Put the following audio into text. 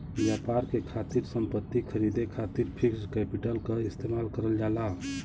व्यापार के खातिर संपत्ति खरीदे खातिर फिक्स्ड कैपिटल क इस्तेमाल करल जाला